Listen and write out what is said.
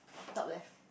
top left